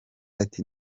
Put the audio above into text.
ati